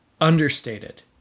understated